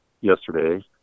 yesterday